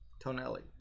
tonelli